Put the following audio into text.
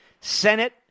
Senate